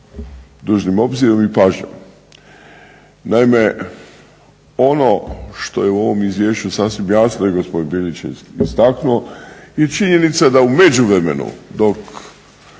dužnim obzirom i pažnjom. Naime, ono što je u ovom izvješću sasvim jasno i gospodin Bilić je istaknuo je činjenica da je u međuvremenu dok